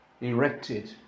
erected